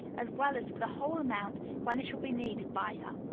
as well as for the whole amount, when it shall be needed by her.